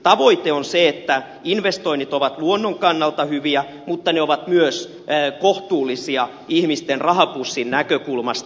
tavoite on se että investoinnit ovat luonnon kannalta hyviä mutta myös kohtuullisia ihmisten rahapussin näkökulmasta